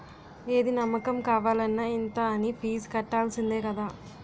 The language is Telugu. ఏది అమ్మకం కావాలన్న ఇంత అనీ ఫీజు కట్టాల్సిందే కదా